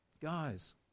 guys